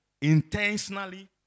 intentionally